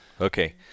Okay